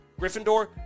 Gryffindor